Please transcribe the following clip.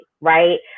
right